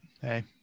hey